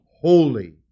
holy